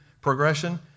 progression